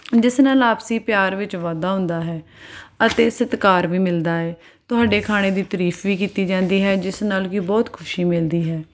ਜਿਸ ਨਾਲ ਆਪਸੀ ਪਿਆਰ ਵਿੱਚ ਵਾਧਾ ਹੁੰਦਾ ਹੈ ਅਤੇ ਸਤਿਕਾਰ ਵੀ ਮਿਲਦਾ ਹੈ ਤੁਹਾਡੇ ਖਾਣੇ ਦੀ ਤਾਰੀਫ ਵੀ ਕੀਤੀ ਜਾਂਦੀ ਹੈ ਜਿਸ ਨਾਲ ਕਿ ਬਹੁਤ ਖੁਸ਼ੀ ਮਿਲਦੀ ਹੈ